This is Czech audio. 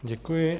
Děkuji.